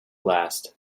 last